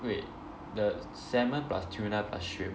wait the salmon plus tuna plus shrimp